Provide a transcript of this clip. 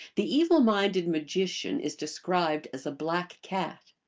the avil-minded magician is described as a black cat.